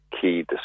key